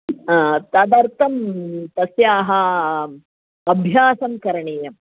हा तदर्थं तस्याः अभ्यासं करणीयम्